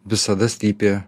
visada slypi